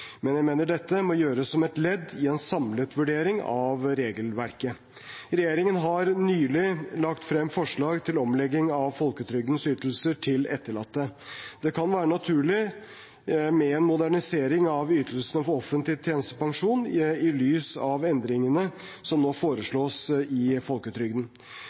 men jeg mener dette må gjøres som et ledd i en samlet vurdering av regelverket. Regjeringen har nylig lagt frem forslag til omlegging av folketrygdens ytelser til etterlatte. Det kan være naturlig med en modernisering av ytelsene for offentlig tjenestepensjon i lys av endringene som nå foreslås i folketrygden.